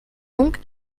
donc